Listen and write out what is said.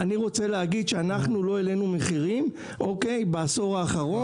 אני רצה להגיד שאנחנו לא העלנו מחירים בעשור האחרון.